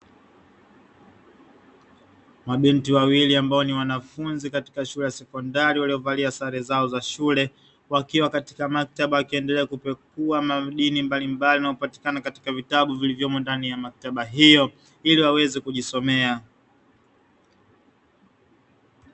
Mabinti wawili ambao ni wanafunzi katika shule ya sekondari waliovalia sare zao za shule, wakiwa katika maktaba wakiendelea kupekua madini mbalimbali yanayopatikana katika vitabu vilivyomo ndani ya maktaba hiyo, ili waweze kujisomea.